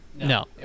No